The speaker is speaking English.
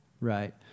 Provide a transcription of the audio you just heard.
right